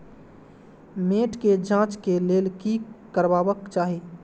मैट के जांच के लेल कि करबाक चाही?